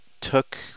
took